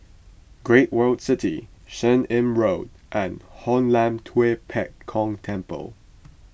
Great World City Seah Im Road and Hoon Lam Tua Pek Kong Temple